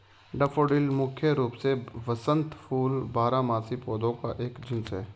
daffodil मुख्य रूप से वसंत फूल बारहमासी पौधों का एक जीनस है